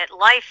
life